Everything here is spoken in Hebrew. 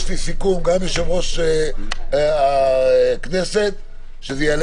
יש לי סיכום גם עם יושב-ראש הכנסת שזה יעלה